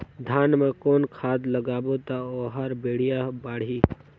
धान मा कौन खाद लगाबो ता ओहार बेडिया बाणही?